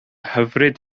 hyfryd